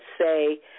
say